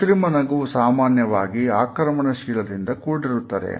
ಕೃತ್ರಿಮ ನಗುವು ಸಾಮಾನ್ಯವಾಗಿ ಆಕ್ರಮಣಶೀಲದಿಂದ ಕೂಡಿರುತ್ತದೆ